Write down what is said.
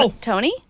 Tony